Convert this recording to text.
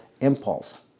impulse